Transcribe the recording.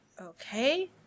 Okay